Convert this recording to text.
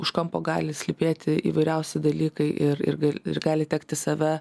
už kampo gali slypėti įvairiausi dalykai ir ir gal ir gali tekti save